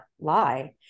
lie